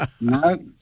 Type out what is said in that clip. No